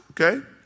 okay